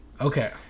Okay